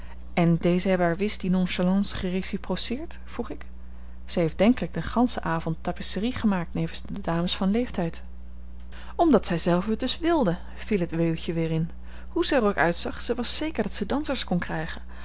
en dezen hebben haar wis die nonchalance gereciproceerd vroeg ik zij heeft denkelijk den ganschen avond tapisserie gemaakt nevens de dames van leeftijd omdat zij zelve het dus wilde viel het weeuwtje weer in hoe zij er ook uitzag zij was zeker dat zij dansers kon krijgen